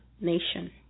nation